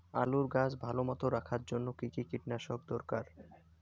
আলুর গাছ ভালো মতো রাখার জন্য কী কী কীটনাশক দরকার?